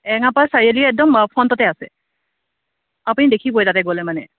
এৰেঙাপাৰ চাৰিআলিৰ একদম ফ্ৰন্টতে আছে আপুনি দেখিবই তাতে গ'লে মানে